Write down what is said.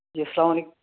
جی السلام علیکم